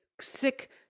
sick